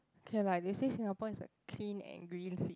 okay lah they say Singapore is a clean and green cit~